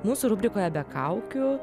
mūsų rubrikoje be kaukių